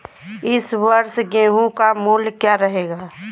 इस वर्ष गेहूँ का मूल्य क्या रहेगा?